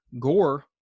Gore